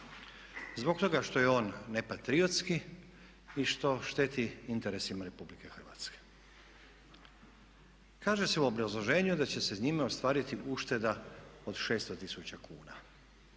zbog toga što je on nepatriotski i što šteti interesima Republike Hrvatske. Kaže se u obrazloženju da će se njime ostvariti ušteda od 600 tisuća kuna.